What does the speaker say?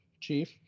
chief